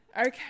Okay